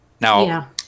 Now